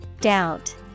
Doubt